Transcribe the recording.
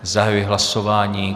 Zahajuji hlasování.